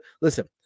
Listen